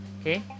okay